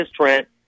Trent